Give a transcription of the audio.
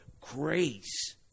grace